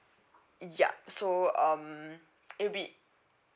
ya so um it'll be